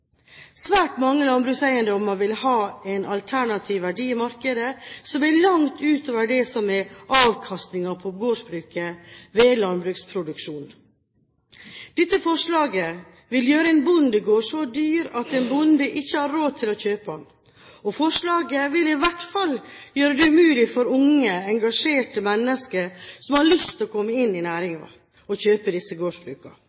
Svært mange landbrukseiendommer vil ha en alternativ verdi i markedet som er langt utover det som er avkastningen på gårdsbruket ved landbruksproduksjon. Dette forslaget vil gjøre en bondegård så dyr at en bonde ikke har råd til å kjøpe den. Forslaget vil i hvert fall gjøre det umulig for unge engasjerte mennesker som har lyst til å komme inn i